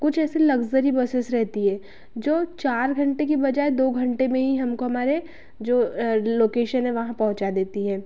कुछ ऐसी luxury buses रहती हैं जो चार घंटे की बजाय दो घंटे में ही हमको हमारे जो लोकेशन है वहाँ पहुँचा देती हैं